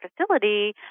facility